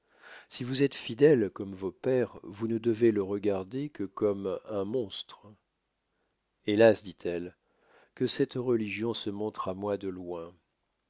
si vous êtes fidèle comme vos pères vous ne devez le regarder que comme un monstre hélas dit-elle que cette religion se montre à moi de loin